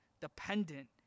dependent